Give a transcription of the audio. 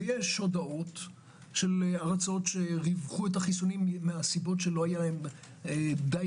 יש הודעות של ארצות שריווחו את החיסונים מסיבות שלא היו די